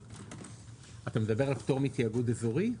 אתה מדבר על פטור מתאגוד אזורי?